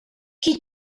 que